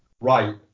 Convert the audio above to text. Right